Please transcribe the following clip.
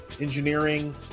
engineering